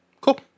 Cool